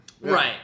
Right